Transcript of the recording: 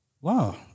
Wow